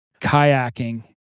kayaking